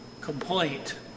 complaint